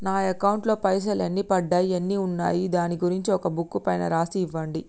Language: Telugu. నా అకౌంట్ లో పైసలు ఎన్ని పడ్డాయి ఎన్ని ఉన్నాయో దాని గురించి ఒక బుక్కు పైన రాసి ఇవ్వండి?